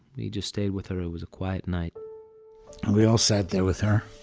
we just stayed with her, it was a quiet night we all sat there with her,